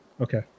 Okay